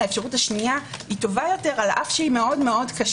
אנו חושבים שהאפשרות השנייה טובה יותר על אף שהיא מאוד קשה